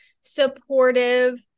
supportive